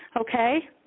okay